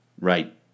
Right